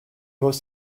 most